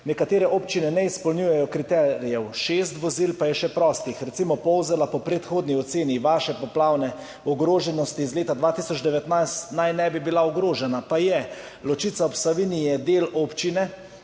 Nekatere občine ne izpolnjujejo kriterijev, šest vozil pa je še prostih. Recimo Polzela po predhodni oceni vaše poplavne ogroženosti iz leta 2019 naj ne bi bila ogrožena, pa je. Ločica ob Savinji je del občine,